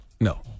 No